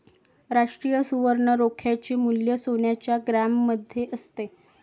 राष्ट्रीय सुवर्ण रोख्याचे मूल्य सोन्याच्या ग्रॅममध्ये असते